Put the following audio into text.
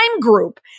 group